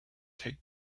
takes